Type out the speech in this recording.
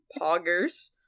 Poggers